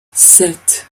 sept